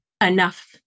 enough